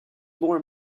more